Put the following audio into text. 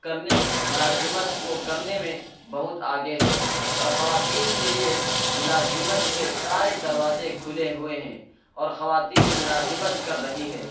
کرنے ملازمت کو کرنے میں بہت آگے ہے اور خواتین کے لیے ملازمت کے سارے دروازے کھلے ہوئے ہیں اور خواتین ملازمت کر رہی ہے